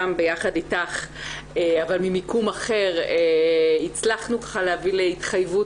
גם ביחד איתך אבל ממיקום אחר הצלחנו להביא להתחייבות